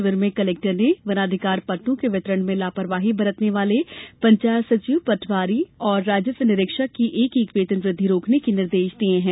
शिविर मे कलेक्टर ने वनाधिकार पट्टों के वितरण में लापरवाही बरतने वाले पंचायत सचिव पटवारी पीसिओ और राजस्व निरीक्षक की एक एक वेतन वृद्धि रोकने के निर्देश दिये है